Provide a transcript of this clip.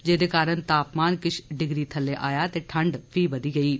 जेह्दे कारण तापमान किश डिग्री थल्ले आया ते ठंड फ्ही बघी गेई ऐ